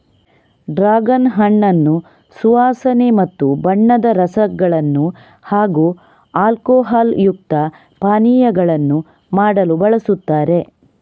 dragon ಹಣ್ಣನ್ನು ಸುವಾಸನೆ ಮತ್ತು ಬಣ್ಣದ ರಸಗಳನ್ನು ಹಾಗೂ ಆಲ್ಕೋಹಾಲ್ ಯುಕ್ತ ಪಾನೀಯಗಳನ್ನು ಮಾಡಲು ಬಳಸುತ್ತಾರೆ